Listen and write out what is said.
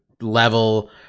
level